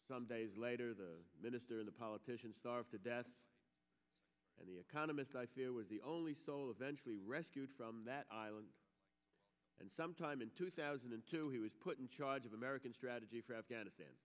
some days later the minister and the politicians starve to death and the economist i fear was the only soul eventually rescued from that island and sometime in two thousand and two he was put in charge of american strategy for afghanistan